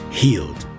healed